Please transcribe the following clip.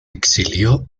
exilió